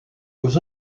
aux